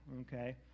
okay